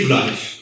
life